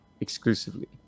exclusively